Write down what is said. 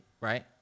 right